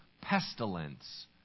pestilence